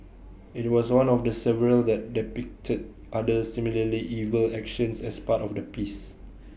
IT was one of the several that depicted other similarly evil actions as part of the piece